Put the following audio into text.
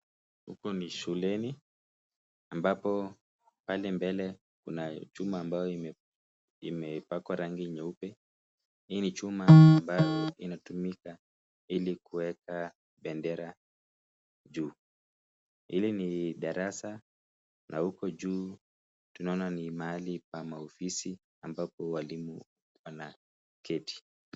Huku ni shuleni ambapo pale mbele kuna chuma ambayo imepakwa rangi nyeupe, hii ni chuma ambayo inatumika ili kuweka bendera juu. Hili ni darasa na huko juu tunaona ni mahali pa maofisi ambapo walimu wanaketi.